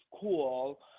cool